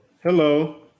hello